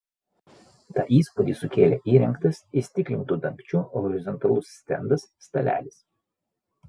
tą įspūdį sukėlė įrengtas įstiklintu dangčiu horizontalus stendas stalelis